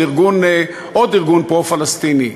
של עוד ארגון פרו-פלסטיני.